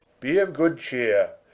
be of good cheere,